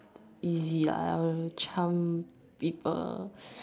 easy ah I wouldn't charm people